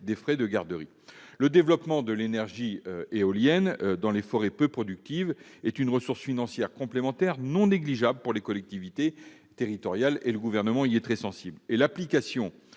des frais de garderie. Le développement de l'énergie éolienne dans les forêts peu productives offre une ressource financière complémentaire non négligeable pour les collectivités territoriales ; le Gouvernement y est très sensible. De plus, l'application